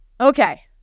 Okay